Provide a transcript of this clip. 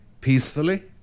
peacefully